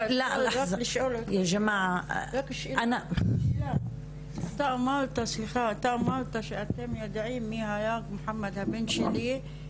אתה אמרת שאתם יודעים מי היה הבן שלי,